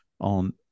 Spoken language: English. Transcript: on